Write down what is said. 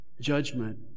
judgment